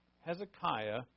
Hezekiah